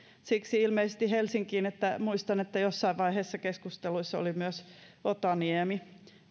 siksi ilmeisesti helsinkiin että muistan että jossain vaiheessa keskusteluissa oli myös otaniemi